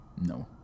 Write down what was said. No